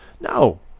No